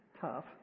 Tough